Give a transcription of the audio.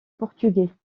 portugais